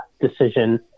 decision